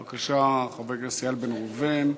בבקשה, חבר הכנסת איל בן ראובן,